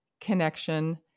connection